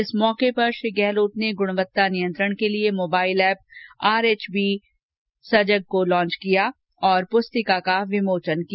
इस अवसर पर श्री गहलोत ने गृणवत्ता नियंत्रण के लिए मोबाइल एप आरएचबी सजग को लांच किया और पुस्तिका का विमोचन किया